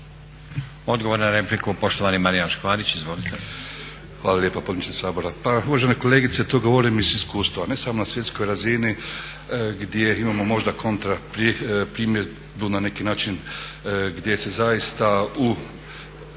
Odgovor na repliku poštovani Marijan Škvarić. Izvolite.